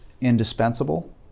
indispensable